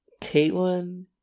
Caitlyn